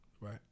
Right